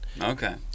Okay